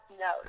no